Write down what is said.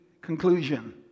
conclusion